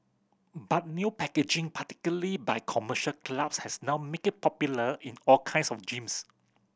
but new packaging particularly by commercial clubs has now make it popular in all kinds of gyms